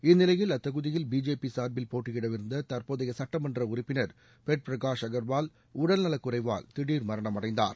இந்நிலையில் அத்தொகுதியில் பிஜேபி சார்பில் போட்டியிடவிருந்த தற்போதைய சுட்டமன்ற உறுப்பினர் பெட் பிரகாஷ் அகர்வால் உடல்நலக் குறைவால் திடீர் மரணமடைந்தார்